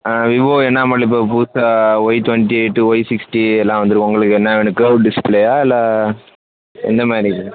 Vivo என்னா model இப்போது புதுசா Y twenty eight Y sixty எல்லாம் வந்திருக்கு உங்களுக்கு என்ன வேணும் கேர்வ் டிஸ்ப்ளேயா இல்லை எந்த மாதிரி